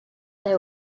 there